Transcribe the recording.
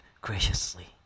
graciously